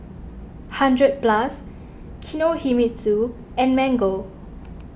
hundred Plus Kinohimitsu and Mango